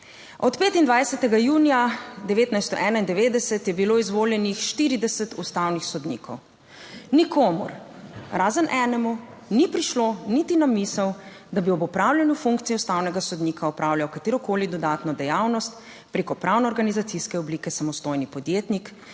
Od 25. junija 1991 je bilo izvoljenih 40 ustavnih sodnikov. Nikomur razen enemu ni prišlo niti na misel, da bi ob opravljanju funkcije ustavnega sodnika opravljal katerokoli dodatno dejavnost preko pravno organizacijske oblike samostojni podjetnik,